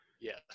yes